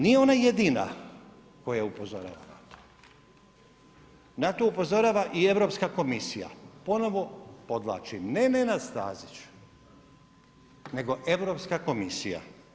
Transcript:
Nije ona jedina koja upozorava na to, na to upozorava i Europska komisija, ponovno odvlačim ne Nenad Stazić, nego Europska komisija.